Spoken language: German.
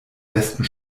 besten